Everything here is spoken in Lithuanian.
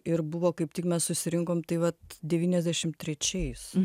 ir buvo kaip tik mes susirinkom tai vat devyniasdešimt trečiais